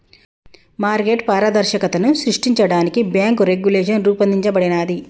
market పారదర్శకతను సృష్టించడానికి bank regulation రూపొందించబడినాది